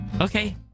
Okay